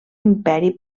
imperi